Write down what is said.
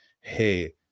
hey